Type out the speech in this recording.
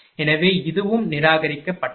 எனவே இதுவும் நிராகரிக்கப்பட்டது